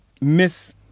miss